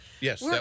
yes